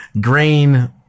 Green